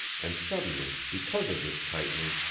and suddenly, because of this tightening,